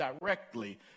directly